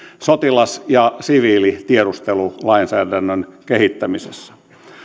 sotilas ja siviilitiedustelulainsäädännön kehittämisessä